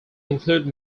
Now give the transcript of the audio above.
include